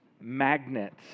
magnets